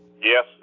Yes